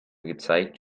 gezeigt